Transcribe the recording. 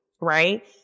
right